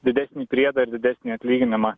didesnį priedą ir didesnį atlyginimą